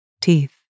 teeth